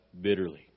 bitterly